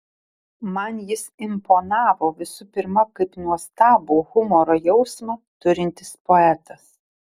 man jis imponavo visų pirma kaip nuostabų humoro jausmą turintis poetas